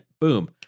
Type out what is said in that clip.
boom